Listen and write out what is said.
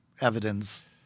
evidence